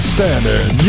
Standard